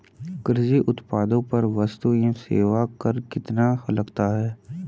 कृषि उत्पादों पर वस्तु एवं सेवा कर कितना लगता है?